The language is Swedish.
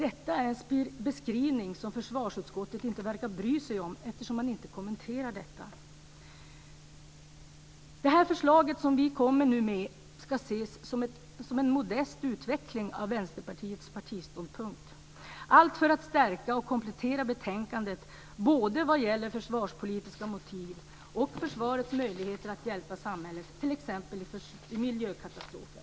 Detta är en beskrivning som försvarsutskottet inte verkar att bry sig om, eftersom man inte kommenterar den. Det förslag som vi kommer med ska ses som en modest utveckling av Vänsterpartiets partiståndpunkt - allt för att stärka och komplettera betänkandet när det gäller både försvarspolitiska motiv och försvarets möjlighet att hjälpa samhället vid t.ex. miljökatastrofer.